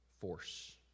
force